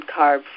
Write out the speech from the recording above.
carb